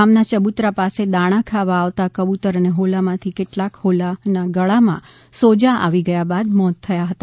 ગામના ચબુતરા પાસે દાણા ખાવા આવતા કબૂતર અને હોલામાંથી કેટલાક હોલાના ગળામાં સોજા આવી ગયા બાદ મોત થયા હતા